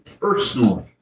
personally